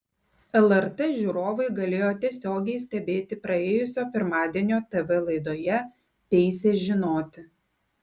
lrt žiūrovai galėjo tiesiogiai stebėti praėjusio pirmadienio tv laidoje teisė žinoti